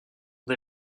des